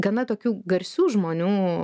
gana tokių garsių žmonių